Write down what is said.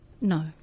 No